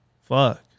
Fuck